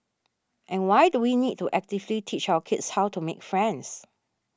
and why do we need to actively teach our kids how to make friends